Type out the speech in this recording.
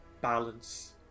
balance